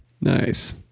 Nice